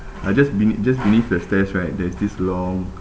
like just beneath just beneath the stairs right there's this long